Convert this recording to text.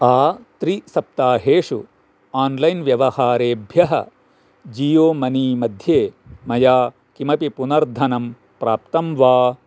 आ त्रिसप्ताहेषु आन्लैन् व्यवहारेभ्यः जियो मनी मध्ये मया किमपि पुनर्धनं प्राप्तं वा